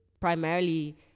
primarily